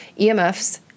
EMFs